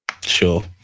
Sure